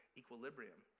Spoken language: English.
equilibrium